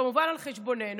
כמובן על חשבוננו,